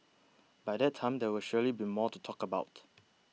by that time there will surely be more to talk about